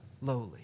lowly